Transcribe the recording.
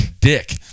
dick